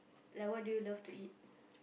like what do you love to eat